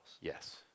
Yes